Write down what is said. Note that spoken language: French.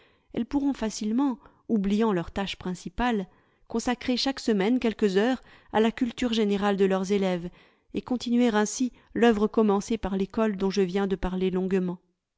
elles pourront facilement oubliant leur tâche principale consacrer chaque semaine quelques heures à la culture générale de leurs élèves et continuer ainsi l'œuvre commencée par l'école dont je viens de parler longuement